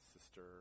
sister